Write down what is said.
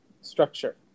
structure